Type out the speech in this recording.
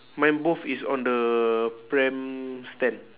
mine both is on the pram stand